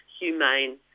humane